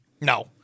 no